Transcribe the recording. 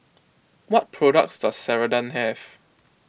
what products does Ceradan have